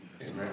Amen